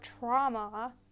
trauma